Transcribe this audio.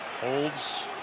holds